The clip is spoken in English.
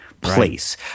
place